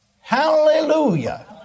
hallelujah